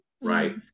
right